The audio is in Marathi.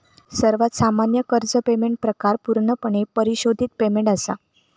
सर्वात सामान्य कर्ज पेमेंट प्रकार पूर्णपणे परिशोधित पेमेंट असा